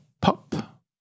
pop